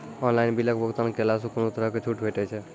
Online बिलक भुगतान केलासॅ कुनू तरहक छूट भेटै छै?